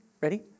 Ready